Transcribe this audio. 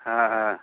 ହଁ ହଁ